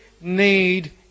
need